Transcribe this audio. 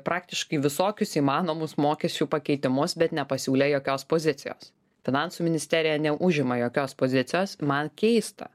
praktiškai visokius įmanomus mokesčių pakeitimus bet nepasiūlė jokios pozicijos finansų ministerija neužima jokios pozicijos man keista